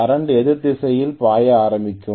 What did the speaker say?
current எதிர் திசையில் பாய ஆரம்பிக்கும்